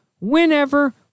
whenever